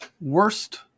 worst